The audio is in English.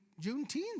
Juneteenth